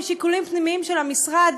משיקולים פנימיים של המשרד,